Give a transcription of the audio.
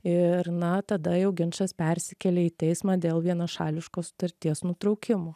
ir na tada jau ginčas persikelia į teismą dėl vienašališko sutarties nutraukimo